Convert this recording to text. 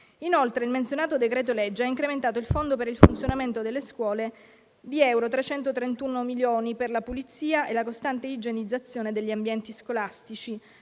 Inoltre, il menzionato decreto-legge ha incrementato il fondo per il funzionamento delle scuole di 331 milioni di euro per la pulizia e la costante igienizzazione degli ambienti scolastici,